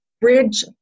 bridge